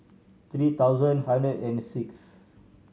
three thousand hundred and sixth